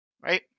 right